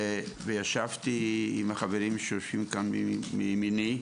וישבתי עם החברים שיושבים כאן מימיני,